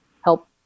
help